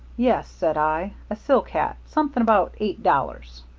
yes, said i, a silk hat something about eight dollars